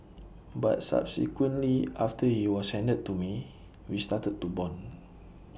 but subsequently after he was handed to me we started to Bond